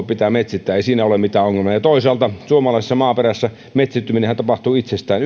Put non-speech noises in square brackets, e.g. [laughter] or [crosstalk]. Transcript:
alue pitää metsittää ei siinä ole mitään ongelmaa toisaalta suomalaisessa maaperässähän metsittyminen tapahtuu itsestään [unintelligible]